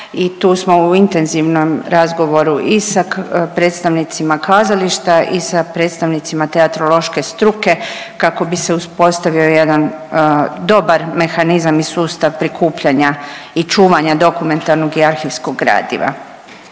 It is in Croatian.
i tu smo u intenzivnom razgovoru i sa predstavnicima kazališta i sa predstavnicima teatrološke struke kako bi se uspostavio jedan dobar mehanizam i sustav prikupljanja i čuvanja dokumentarnog i arhivskog gradiva.